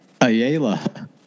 Ayala